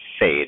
fade